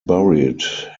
buried